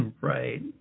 Right